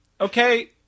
Okay